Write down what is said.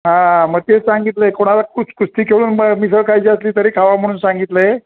हा मग ते सांगितलं आहे कोणाला कु कुस्ती खेळून मिसळ खायची असली तरी खावा म्हणून सांगितलं आहे